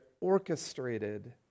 orchestrated